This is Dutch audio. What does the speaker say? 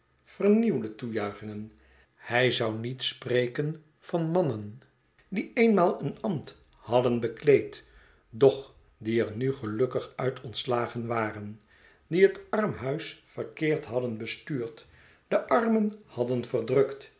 hij zou niet spreken van raannen die eenmaal een ambt hadden bekleed doch die er nu gelukkig uit ontslagen waren die het armhuis verkeerd hadden bestuurd de armen hadden verdrukt